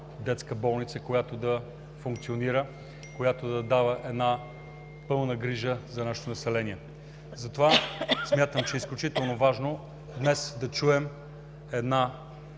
детска болница, която да функционира, която да дава една пълна грижа за нашето население. Смятам, че е изключително важно днес да чуем една